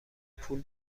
پول